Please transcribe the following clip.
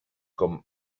com